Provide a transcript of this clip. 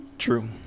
True